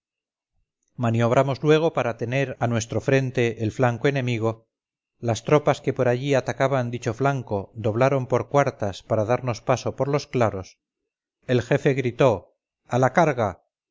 maniobramos luego para tener a nuestro frente el flanco enemigo las tropas que por allí atacaban dicho flanco doblaron por cuartas para darnos paso por los claros el jefe gritó a la carga